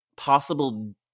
possible